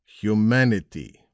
Humanity